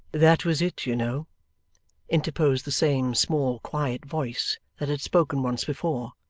that was it, you know interposed the same small quiet voice that had spoken once before.